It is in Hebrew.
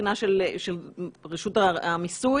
מהבחינה של רשות המיסוי